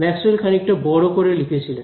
Maxwell খানিকটা বড় করে লিখেছিলেন